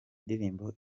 ndirimbo